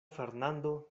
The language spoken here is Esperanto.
fernando